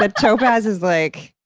but topaz is like,